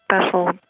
special